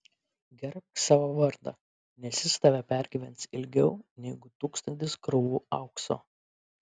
gerbk savo vardą nes jis tave pergyvens ilgiau negu tūkstantis krūvų aukso